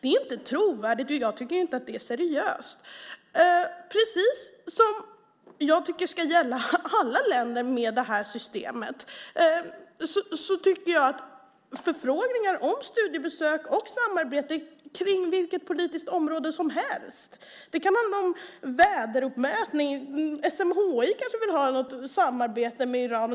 Det är inte trovärdigt, och jag tycker inte att det är seriöst. Precis som det ska gälla alla länder med det här systemet tycker jag att det ska gälla förfrågningar om studiebesök och samarbete kring vilket politiskt område som helst. Det kan handla om vädermätning, där SMHI kanske vill ha något samarbete med Iran.